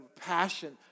passion